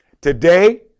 Today